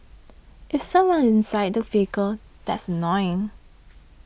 if someone's inside the vehicle that's annoying